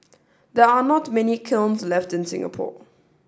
there are not many kilns left in Singapore